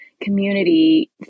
community